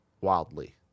wildly